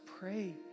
pray